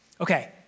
Okay